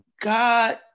God